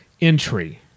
entry